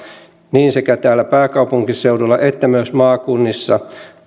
sekä täällä pääkaupunkiseudulla että myös maakunnissa